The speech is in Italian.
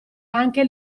anche